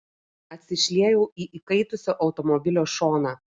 atsišliejau į įkaitusio automobilio šoną